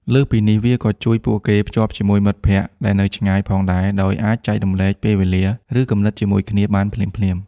លើសពីនេះ វាក៏ជួយពួកគេ ភ្ជាប់ជាមួយមិត្តភក្ដិដែលនៅឆ្ងាយ ផងដែរ ដោយអាចចែករំលែកពេលវេលា ឬគំនិតជាមួយគ្នាបានភ្លាមៗ។